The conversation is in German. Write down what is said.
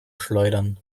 schleudern